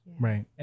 Right